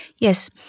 Yes